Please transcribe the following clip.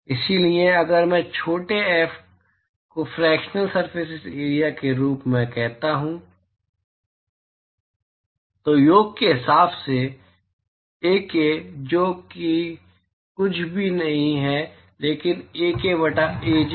इसलिए अगर मैं छोटे f को फ्रेकशेनल सरफेस एरिया के रूप में कहता हूं तो योग के हिसाब से एक जो कि कुछ भी नहीं है लेकिन एके बटा अज है